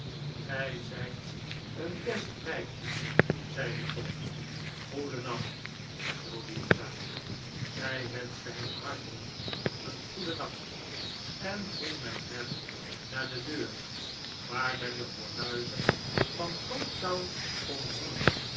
gij zijt een best meisje zeide tom goedennacht louisa zij wenschte hem hartelijk een goedennacht en ging met hem naar de deur waar men de fornuizen van coketown kon zien